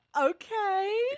okay